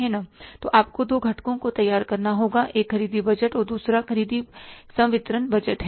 तो आपको दो घटकों को तैयार करना होगा एक खरीदी बजट और दूसरा खरीदी संवितरण बजट है